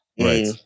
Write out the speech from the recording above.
Right